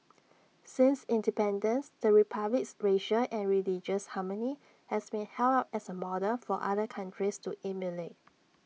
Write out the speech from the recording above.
since independence the republic's racial and religious harmony has been held up as A model for other countries to emulate